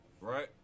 right